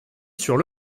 sur